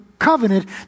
covenant